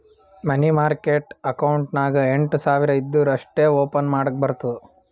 ಮನಿ market account ನಾಗ್ ಎಂಟ್ ಸಾವಿರ್ ಇದ್ದೂರ ಅಷ್ಟೇ ಓಪನ್ ಮಾಡಕ್ ಬರ್ತುದ